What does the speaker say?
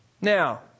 Now